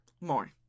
More